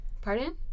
Pardon